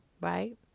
right